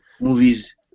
movies